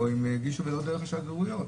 ולא דרך השגרירויות.